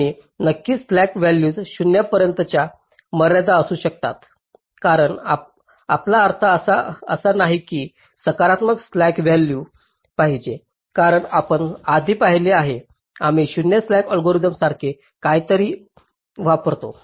आणि नक्कीच slack values 0 पर्यंत वरच्या मर्यादा असू शकतात कारण आपला अर्थ असा नाही की सकारात्मक स्लॅक व्हॅल्यू पाहिजे कारण आपण आधी पाहिले आहे आम्ही 0 स्लॅक अल्गोरिदम सारखे काहीतरी वापरतो